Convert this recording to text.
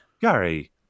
Gary